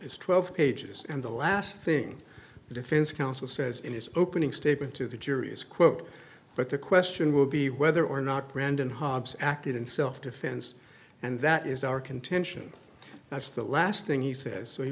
is twelve pages and the last thing the defense counsel says in his opening statement to the jury is quote but the question will be whether or not brandon hobbs acted in self defense and that is our contention that's the last thing he says so he